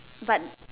but